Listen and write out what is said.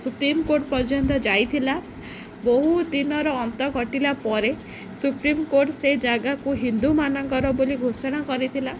supreme court ପର୍ଯ୍ୟନ୍ତ ଯାଇଥିଲା ବହୁ ଦିନର ଅନ୍ତ ଘଟିଲା ପରେ ସୁପ୍ରିମ୍ କୋର୍ଟ ସେ ଜାଗାକୁ ହିନ୍ଦୁମାନଙ୍କର ବୋଲି ଘୋଷଣା କରିଥିଲା